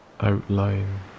outline